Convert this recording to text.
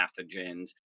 pathogens